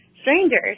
strangers